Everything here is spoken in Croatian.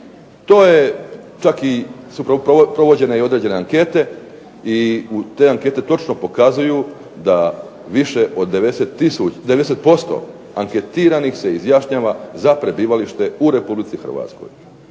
To su čak provođene i određene ankete i te ankete točno pokazuju da više od 90% anketiranih se izjašnjava za prebivalište u Republici Hrvatskoj.